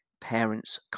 parents